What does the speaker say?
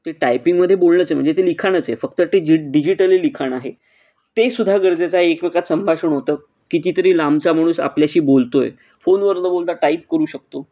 ते टायपिंगमध्ये बोलणंच आहे म्हणजे ते लिखाणच आहे फक्त ते जी डिजिटली लिखाण आहे तेसुद्धा गरजेचं आहे एकमेकात संभाषण होतं कितीतरी लांबचा माणूस आपल्याशी बोलतो आहे फोनवर न बोलता टाईप करू शकतो